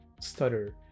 stutter